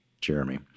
Jeremy